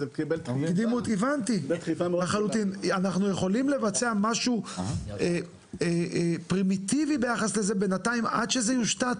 אנחנו יכולים לבצע משהו פרימיטיבי ביחס לזה בינתיים עד שזה יושתת?